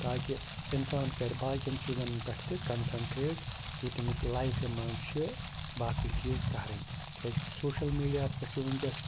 تاکہِ اِنسان کَرِ باقیَن چیٖزَن پٮ۪ٹھ تہِ کَنسَنٹرٛیٹ یہِ تٔمِس لایفہِ منٛز چھِ باقٕے چیٖز کَرٕنۍ کیٛازِکہِ سوشَل میٖڈیاہَس پٮ۪ٹھ چھُ وٕنۍکٮ۪س